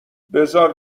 بذار